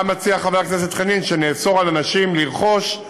מה מציע חבר הכנסת חנין, שנאסור על אנשים לרכוש?